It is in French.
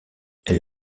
elle